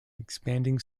expanding